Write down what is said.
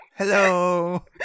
Hello